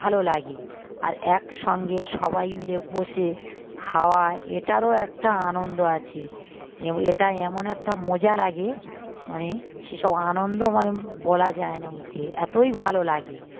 ভালো লাগে আর একসঙ্গে সবাই মিলে বসে খাওয়ায় এটারও একটা আনন্দ আছে এটাই এমন একটা মজা লাগে মানে সে সব আনন্দ মানে বলা যায় না মুখে এতই ভালো লাগে